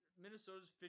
Minnesota's